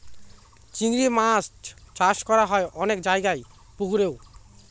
চিংড়ি মাছ চাষ করা হয় অনেক জায়গায় পুকুরেও